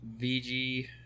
VG